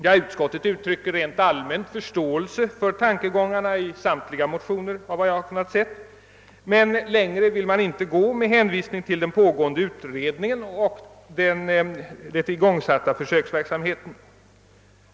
Ja, utskottet uttrycker rent allmänt förståelse för tankegångarna i samtliga motioner, såvitt jag har kunnat se, men längre vill utskottet inte gå med hänvisning till den pågående utredningen och den igångsatta försöksverksamheten.